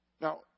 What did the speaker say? Now